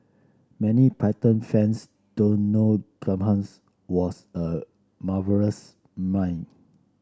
many Python fans don't know Graham's was a marvellous mime